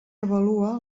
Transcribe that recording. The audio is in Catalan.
avalua